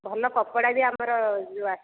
ଭଲ କପଡ଼ା ବି ଆମର ଯେଉଁ ଆସିଛି